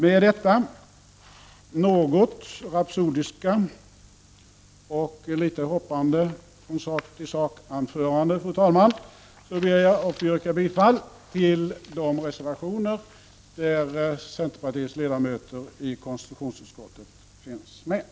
Med detta något rapsodiska anförande där jag hoppat litet från sak till sak ber jag, fru talman, att få yrka bifall till de reservationer till konstitutionsutskottets betänkande som centerpartiets ledamöter står bakom.